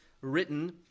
written